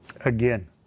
Again